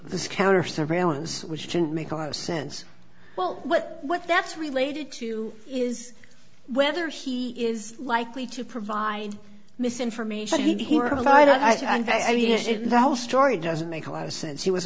this counter surveillance which didn't make zero sense well what what that's related to is whether he is likely to provide misinformation here a lot of the whole story doesn't make a lot of sense he was